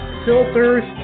filters